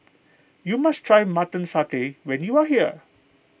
you must try Mutton Satay when you are here